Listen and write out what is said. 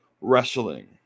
wrestling